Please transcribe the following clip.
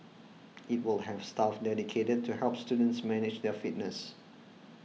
it will have staff dedicated to help students manage their fitness